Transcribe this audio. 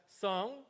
song